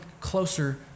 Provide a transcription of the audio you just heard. closer